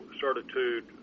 certitude